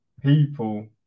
people